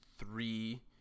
three